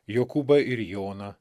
jokūbą ir joną